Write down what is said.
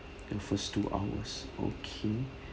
in first two hours okay